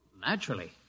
Naturally